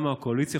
גם מהקואליציה,